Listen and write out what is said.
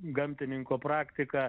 gamtininko praktiką